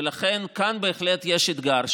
ולכן כאן בהחלט יש אתגר.